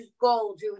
Gold